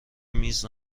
میز